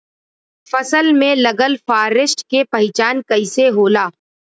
फसल में लगल फारेस्ट के पहचान कइसे होला?